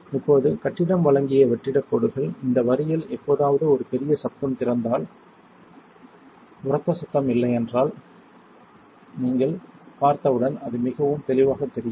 இப்போது கட்டிடம் வழங்கிய வெற்றிடக் கோடுகள் இந்த வரியில் எப்போதாவது ஒரு பெரிய சத்தம் திறந்தால் உரத்த சத்தம் இல்லை என்று நீங்கள் பார்த்தவுடன் அது மிகவும் தெளிவாகத் தெரியும்